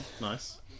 Nice